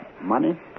Money